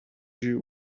you